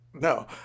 no